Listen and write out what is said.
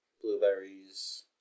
blueberries